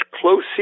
close